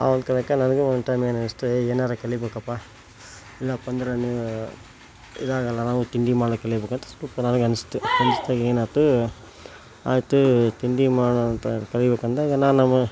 ಆ ಒಂದು ಕಾರಣಕ್ಕೆ ನನಗೆ ಒಂದು ಟೈಮ್ ಏನು ಅನಿಸ್ತು ಏಯ್ ಏನಾರೂ ಕಲಿಯಬೇಕಪ್ಪ ಇಲ್ಲಪ್ಪಂದ್ರೆ ನೀವು ಇದಾಗಲ್ಲ ನಮಗೆ ತಿಂಡಿ ಮಾಡಕ್ಕೆ ಕಲಿಬೇಕಂತ ಸ್ವಲ್ಪ ನನಗೆ ಅನಿಸ್ತು ಅನ್ಸ್ದಾಗ ಏನಾಯ್ತು ಆಯಿತು ತಿಂಡಿ ಮಾಡೋಂತ ಕಲಿಯಬೇಕಂದಾಗ ನಾ ನಮ್ಮ